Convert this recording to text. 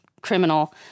criminal